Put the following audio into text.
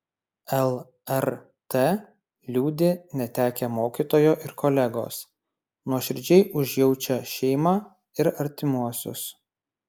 lrt liūdi netekę mokytojo ir kolegos nuoširdžiai užjaučia šeimą ir artimuosius